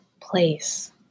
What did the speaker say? place